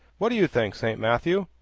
what do you think, st. matthew?